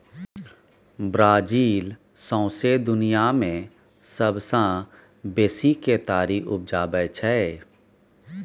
Brazil सौंसे दुनियाँ मे सबसँ बेसी केतारी उपजाबै छै